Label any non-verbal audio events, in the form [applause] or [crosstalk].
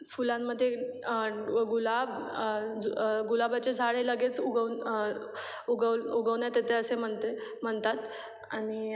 फुलांमध्ये [unintelligible] गुलाब ज गुलाबाचे झाडे लगेच उगवून उगव उगवण्यात येते असे म्हणते म्हणतात आणि